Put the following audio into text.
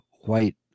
white